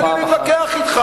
אני מתווכח אתך.